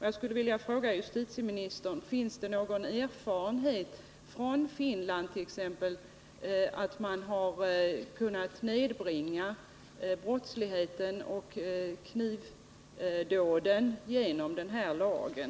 Jag skulle vilja fråga justitieministern: Finns det någon erfarenhet, t.ex. från Finland, av att man har kunnat nedbringa brottsligheten och minska antalet knivdåd genom den här lagen?